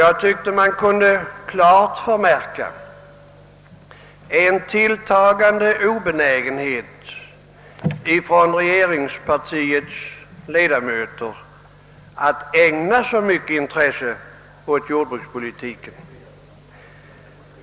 Jag tyckte att man klart kunde märka en tilltagande obenägenhet hos regeringspartiets ledamöter att ägna intresse åt jordbrukspolitiken.